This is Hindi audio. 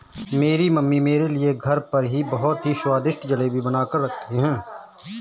मेरी मम्मी मेरे लिए घर पर ही बहुत ही स्वादिष्ट जेली बनाकर रखती है